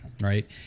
right